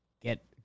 get